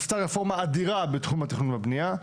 עשתה רפורמה אדירה בתחום התכנון והבנייה.